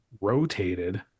rotated